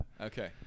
okay